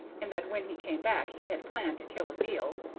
and that when he came back he had planned to kill a veal,